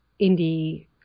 indie